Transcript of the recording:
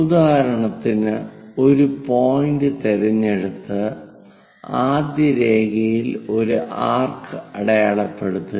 ഉദാഹരണത്തിന് ഈ ഒരു പോയിന്റ് തിരഞ്ഞെടുത്ത് ആദ്യ രേഖയിൽ ഒരു ആർക്ക് അടയാളപ്പെടുത്തുക